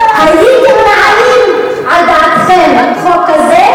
הייתם מעלים על דעתכם חוק כזה?